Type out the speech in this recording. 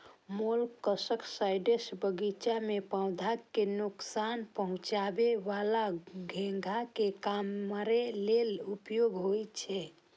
molluscicides बगीचा मे पौधा कें नोकसान पहुंचाबै बला घोंघा कें मारै लेल उपयोग होइ छै